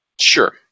Sure